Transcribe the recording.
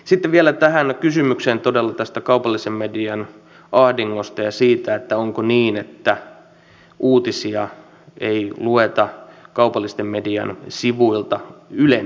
sitten vielä tähän kysymykseen todella tästä kaupallisen median ahdingosta ja siitä että onko niin että uutisia ei lueta kaupallisen median sivuilta ylen takia